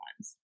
ones